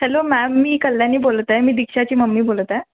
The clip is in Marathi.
हॅलो मॅम मी कल्याणी बोलत आहे मी दीक्षाची मम्मी बोलत आहे